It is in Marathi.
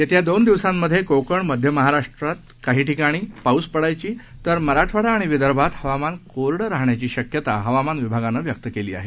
येत्या दोन दिवसात कोकण आणि मध्य महाराष्ट्रात काही ठिकाणी पाऊस पडण्याची तर मराठवाडा आणि विदर्भात हवामान कोरडे राहण्याची शक्यता हवामान विभागानं व्यक्त केली आहे